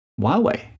Huawei